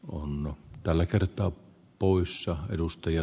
on tällä kertaa samaa mieltä